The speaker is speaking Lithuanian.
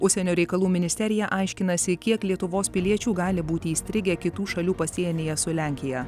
užsienio reikalų ministerija aiškinasi kiek lietuvos piliečių gali būti įstrigę kitų šalių pasienyje su lenkija